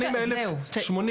משתמשים.